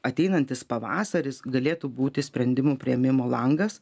ateinantis pavasaris galėtų būti sprendimų priėmimo langas